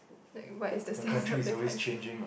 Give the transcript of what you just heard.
like but it's the sense of the country